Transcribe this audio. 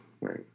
Right